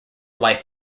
life